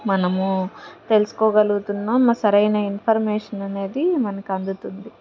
మనము తెలుసుకోగలుగుతున్నాం సరైన ఇన్ఫర్మేషన్ అనేది మనకి అందుతుంది